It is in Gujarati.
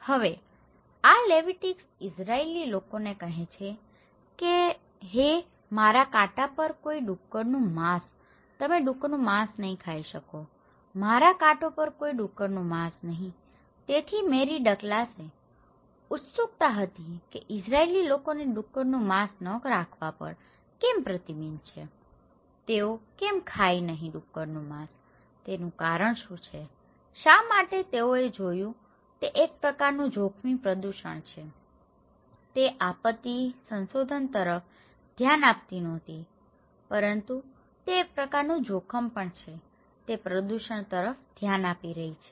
હવે આ લેવિટીકસ ઇઝરાયલી લોકોને કહે છે કે હે મારા કાંટા પર કોઈ ડુક્કરનું માંસ તમે ડુક્કરનું માંસ નહીં ખાઈ શકો મારા કાંટો પર કોઈ ડુક્કરનું માંસ નહીં તેથી મેરી ડગ્લાસને ઉત્સુકતા હતી કે ઇઝરાઇલી લોકોને ડુક્કરનું માંસ ન રાખવા પર કેમ પ્રતિબંધ છે તેઓ કેમ ખાય નહીં ડુક્કરનું માંસ તેનું કારણ શું છે શા માટે તેઓએ જોયું તે એક પ્રકારનું જોખમી પ્રદૂષણ છે તે આપત્તિ સંશોધન તરફ ધ્યાન આપતી નહોતી પરંતુ તે એક પ્રકારનું જોખમ પણ છે તે પ્રદૂષણ તરફ ધ્યાન આપી રહી છે